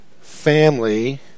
family